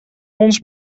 ons